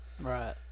Right